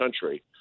country